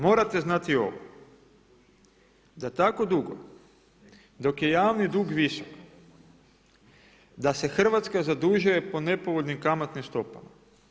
Morate znati ovo, da tako dugo dok je javni dug visok, da se RH zadužuje po nepovoljnim kamatnim stopama.